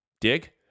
Dig